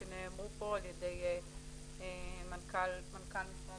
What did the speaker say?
שנאמרו פה על ידי הממונה על התקינה במשרד